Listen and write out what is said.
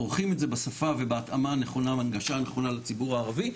עורכים את זה בשפה ובהתאמה הנכונה ובהגשה הנכונה לציבור הערבי,